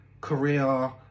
career